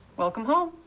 welcome home.